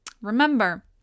remember